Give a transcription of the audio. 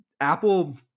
Apple –